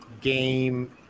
Game